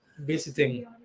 visiting